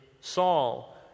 Saul